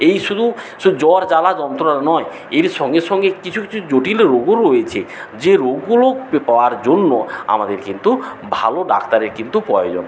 এই শুধু শুধু জ্বর জ্বালা যন্ত্রণা নয় এর সঙ্গে সঙ্গে কিছু কিছু জটিল রোগও রয়েছে যে রোগগুলো পে পাওয়ার জন্য আমাদের কিন্তু ভালো ডাক্তারের কিন্তু পয়োজন